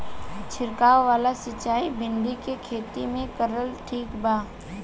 छीरकाव वाला सिचाई भिंडी के खेती मे करल ठीक बा?